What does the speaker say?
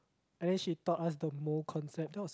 and then she taught us the mole concept that was